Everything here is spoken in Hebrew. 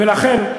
עכשיו הכול ברור.